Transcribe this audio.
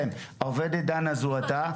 העובדת דנה זוהתה,